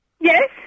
Yes